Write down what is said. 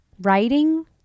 writing